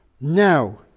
Now